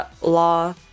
Law